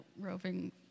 roving